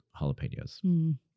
jalapenos